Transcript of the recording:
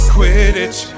Quidditch